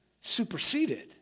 superseded